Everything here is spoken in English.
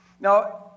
Now